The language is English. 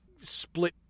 split